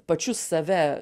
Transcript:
pačius save